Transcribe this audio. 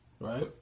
right